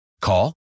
Call